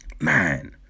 man